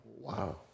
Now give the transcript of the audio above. Wow